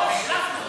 לא, החלפנו.